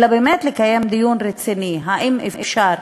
אלא באמת לקיים דיון רציני, אם אפשר